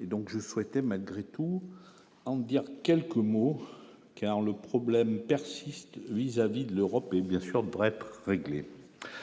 donc je souhaitais malgré tout en dire quelques mots, car le problème persiste vis-à-vis de l'Europe, et bien sûr pourrait pas réglé